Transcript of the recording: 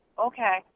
Okay